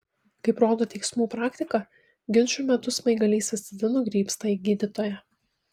kaip rodo teismų praktika ginčų metu smaigalys visada nukrypsta į gydytoją